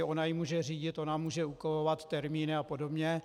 Ona ji může řídit, ona může úkolovat termíny apod.